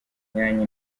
myanya